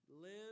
Live